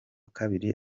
kabiri